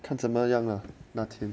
看怎么样啊那天